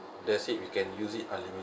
that's it you can use it unlimited